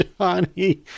Johnny